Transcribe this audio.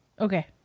Okay